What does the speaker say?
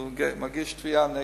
והוא מגיש תביעה נגד,